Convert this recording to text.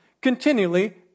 continually